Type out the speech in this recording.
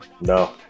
No